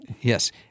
Yes